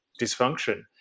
dysfunction